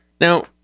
Now